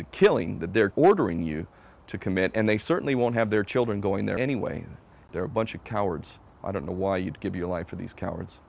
the killing that they're ordering you to commit and they certainly won't have their children going there anyway they're a bunch of cowards i don't know why you'd give your life for these cowards